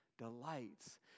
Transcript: delights